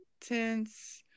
tense